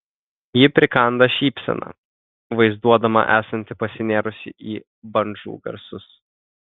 ji prikanda šypseną vaizduodama esanti pasinėrusi į bandžų garsus